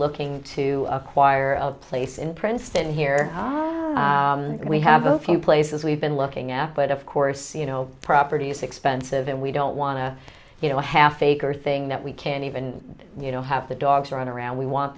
looking to acquire of place in princeton here and we have a few play as we've been looking at but of course you know property is expensive and we don't want to you know a half acre thing that we can't even you know have the dogs run around we want